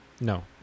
No